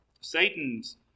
Satan's